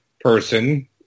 Person